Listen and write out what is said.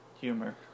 humor